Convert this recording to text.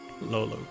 Lolo